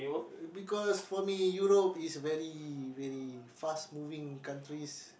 because for me Europe is very very fast moving countries